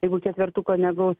jeigu ketvertuko negaus